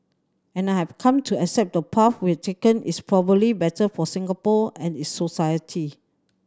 and I have come to accept the path we've taken is probably better for Singapore and its society